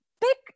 Pick